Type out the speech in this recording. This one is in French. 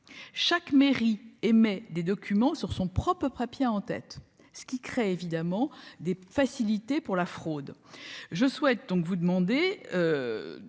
chaque mairie émet des documents sur son propre près bien en tête ce qui crée évidemment des facilités pour la fraude, je souhaite donc vous demander,